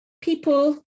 people